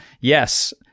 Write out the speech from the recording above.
Yes